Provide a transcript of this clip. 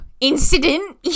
incident